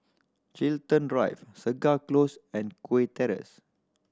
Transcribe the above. Chiltern Drive Segar Close and Kew Terrace